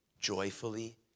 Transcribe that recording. joyfully